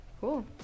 Cool